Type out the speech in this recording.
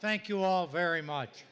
thank you all very much